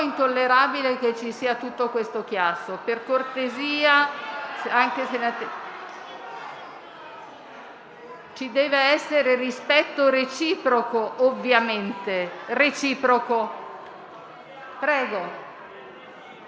intollerabile tutto questo chiasso. Per cortesia, ci dev'essere rispetto reciproco, ovviamente.